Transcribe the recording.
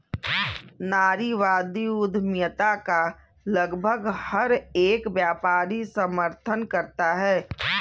नारीवादी उद्यमिता का लगभग हर एक व्यापारी समर्थन करता है